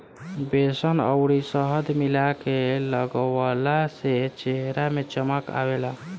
बेसन अउरी शहद मिला के लगवला से चेहरा में चमक आवेला